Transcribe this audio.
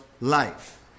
life